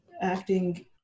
acting